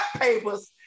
papers